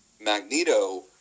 Magneto